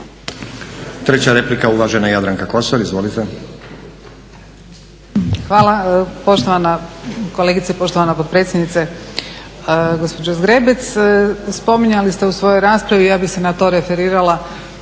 Treća replika uvažena Jadranka Kosor. Izvolite.